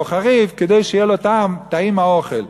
פלפל חריף כדי שיהיה לו טעים האוכל.